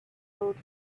glowed